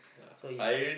so if